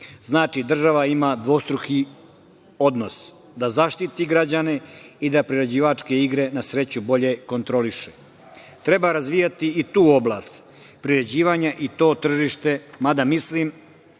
država ima dvostruki odnos, da zaštiti građane i da prerađivačke igre na sreću bolje kontroliše. Treba razvijati i tu oblast priređivanja i to tržište, mada mislim